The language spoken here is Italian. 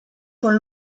con